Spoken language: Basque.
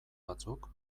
batzuk